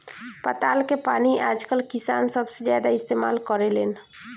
पताल के पानी आजकल किसान सबसे ज्यादा इस्तेमाल करेलेन